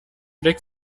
blick